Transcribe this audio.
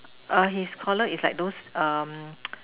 err his collar is like those um